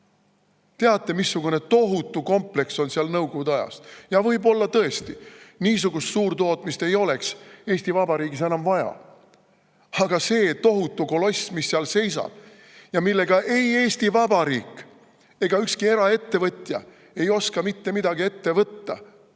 Teate, missugune tohutu kompleks on seal Nõukogude ajast? Võib-olla tõesti niisugust suurtootmist ei oleks Eesti Vabariigis enam vaja, aga see tohutu koloss, mis seal seisab ja millega Eesti Vabariik ega ükski eraettevõtja ei oska mitte midagi ette võtta